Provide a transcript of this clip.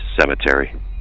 Cemetery